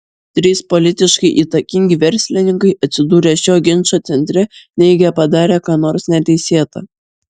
trys politiškai įtakingi verslininkai atsidūrę šio ginčo centre neigia padarę ką nors neteisėta